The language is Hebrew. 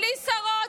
בלי שרות.